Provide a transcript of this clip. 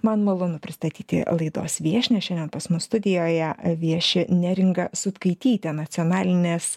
man malonu pristatyti laidos viešnią šiandien pas mus studijoje vieši neringa sutkaitytė nacionalinės